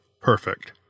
perfect